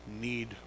need